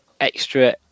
extra